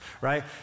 right